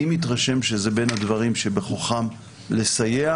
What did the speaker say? אני מתרשם שזה בין הדברים שבכוחם לסייע